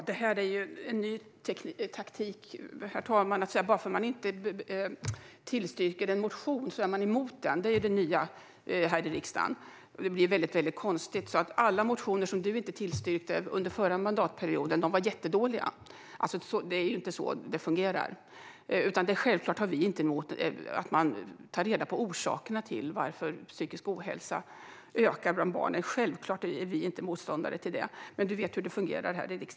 Herr talman! Det är här en ny taktik. Bara för att man inte tillstyrker en motion är man tydligen emot den. Det verkar vara det nya här i riksdagen. Det blir väldigt konstigt. Det skulle innebära att alla motioner som du, Emma, inte tillstyrkte under förra mandatperioden var jättedåliga. Det fungerar inte så här. Självklart har vi inte något emot att man tar reda på orsakerna till varför psykisk ohälsa ökar bland barn. Vi är självfallet inte motståndare till det. Herr talman!